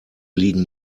liegen